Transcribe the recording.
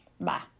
Bye